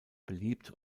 beliebt